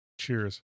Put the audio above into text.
Cheers